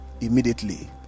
immediately